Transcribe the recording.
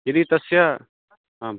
यदि तस्य आम्